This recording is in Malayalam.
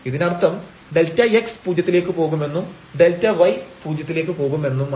ഇതിനർത്ഥം Δx പൂജ്യത്തിലേക്ക് പോകുമെന്നും Δy പൂജ്യത്തിലേക്ക് പോകുമെന്നുമാണ്